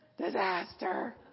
Disaster